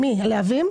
על מי, על "להבים"?